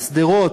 שדרות,